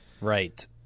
Right